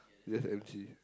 just M_G